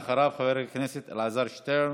אחריו, חבר הכנסת אלעזר שטרן,